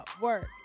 work